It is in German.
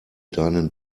deinen